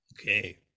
Okay